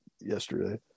yesterday